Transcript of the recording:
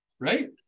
Right